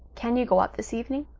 can you go up this evening?